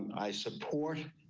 i support.